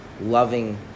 loving